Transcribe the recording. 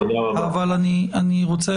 אבל אני אשוב